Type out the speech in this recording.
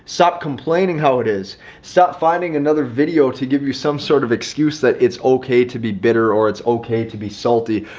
stop complaining how it is stop finding another video to give you some sort of excuse that it's okay to be bitter or it's okay to be salty.